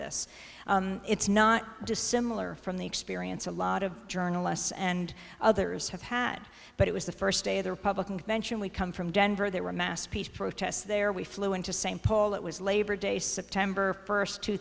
this it's not dissimilar from the experience a lot of journalists and others have had but it was the first day of the republican convention we come from denver there were masterpiece protests there we flew into st paul it was labor day september first two